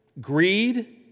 greed